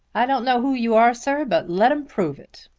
i don't know who you are, sir but let em prove it.